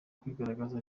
kwigaragaza